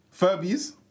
Furbies